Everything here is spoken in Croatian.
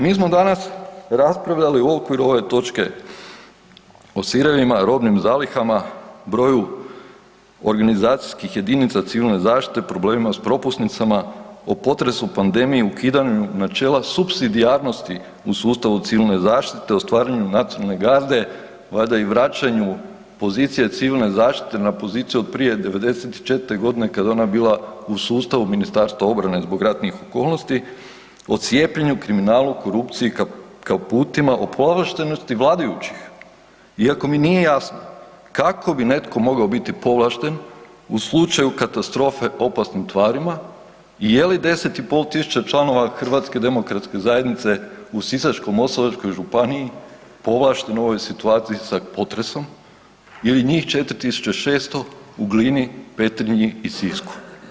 Mi smo danas raspravljali u okviru ove točke o sirevima, robnim zalihama, broju organizacijskih jedinica Civilne zaštite, problemima s propusnicama, o potresu, pandemiji, ukidanju načela supsidijarnosti u sustavu Civilne zaštite o stvaranju Nacionalne garde, valjda i vračanju pozicije civilne zaštite na poziciju od prije 94. godine kad je ona bila u sustavu Ministarstva obrane zbog ratnih okolnosti, o cijepljenju, kriminalu, korupciji, kaputima, o povlaštenosti vladajućih, iako mi nije jasno, kako bi netko mogao biti povlašten u slučaju katastrofe opasnim tvarima i je li 10,5 tisuća članova Hrvatske demokratske zajednice u Sisačko-moslavačkoj županiji povlašteno u ovoj situaciji sa potresom ili njih 4 600 u Glini, Petrinji i Sisku.